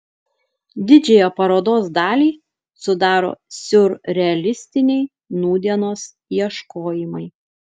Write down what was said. didžiąją parodos dalį sudaro siurrealistiniai nūdienos ieškojimai